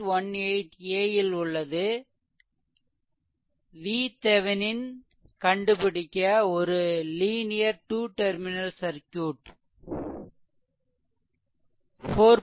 18 a ல் உள்ளது VThevenin கண்டுடிக்க ஒரு லீனியர் டூ டெர்மினல் சர்க்யூட் 4